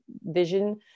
vision